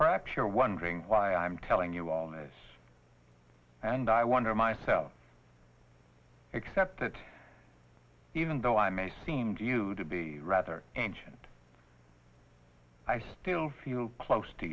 perhaps you're wondering why i'm telling you all this and i wonder myself except that even though i may seem to you to be a rather ancient i still feel close to